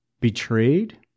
Betrayed